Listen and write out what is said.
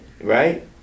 Right